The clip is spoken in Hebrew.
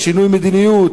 לשינוי מדיניות,